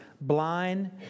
blind